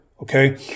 okay